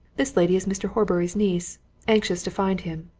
this lady is mr. horbury's niece anxious to find him.